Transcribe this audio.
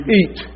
eat